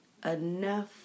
Enough